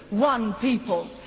one people.